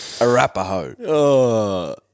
Arapaho